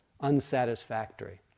unsatisfactory